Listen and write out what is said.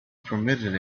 permitted